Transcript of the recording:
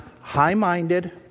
high-minded